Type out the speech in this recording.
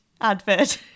advert